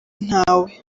ntawe